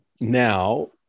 now